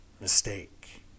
mistake